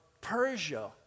Persia